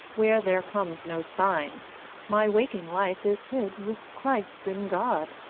where there comes no sign my waking life is hid with christ in god,